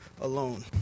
alone